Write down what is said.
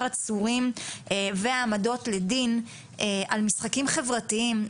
עצורים והעמדות לדין על משחקים חברתיים,